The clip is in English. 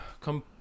come